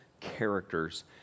characters